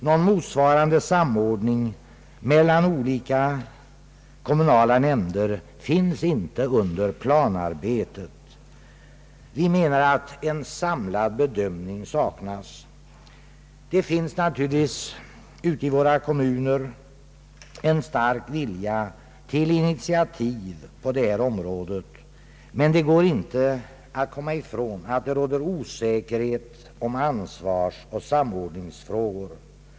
Någon motsvarande samordning mellan olika kommunala nämnder finns inte under planarbetet. Vi anser att en samlad bedömning saknas. Det finns naturligtvis ute i våra kommuner en stark vilja till initiativ på detta område, men det går inte att komma ifrån att det råder osäkerhet om ansvarsoch samordningsfrågor.